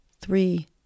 three